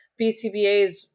BCBAs